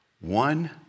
One